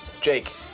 Jake